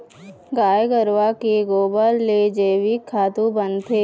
गाय गरूवा के गोबर ले जइविक खातू बनथे